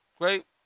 Great